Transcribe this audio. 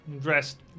dressed